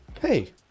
hey